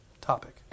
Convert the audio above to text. topic